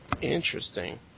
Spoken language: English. Interesting